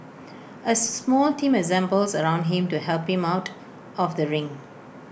A small team assembles around him to help him out of the ring